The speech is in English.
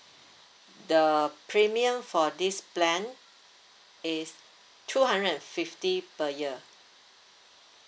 the premium for this plan is two hundred and fifty per year